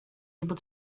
able